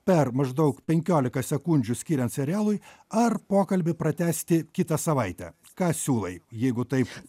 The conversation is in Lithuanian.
per maždaug penkiolika sekundžių skiriant serialui ar pokalbį pratęsti kitą savaitę ką siūlai jeigu taip